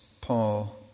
Paul